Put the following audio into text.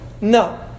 No